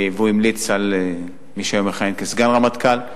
והוא המליץ על מי שהיום מכהן כסגן רמטכ"ל.